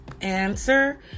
answer